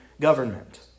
government